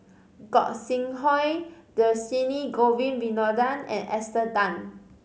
Gog Sing Hooi Dhershini Govin Winodan and Esther Tan